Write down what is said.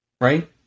right